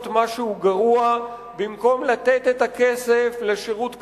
משהו גרוע במקום לתת את הכסף לשירות קיים,